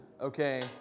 okay